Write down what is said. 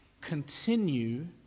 continue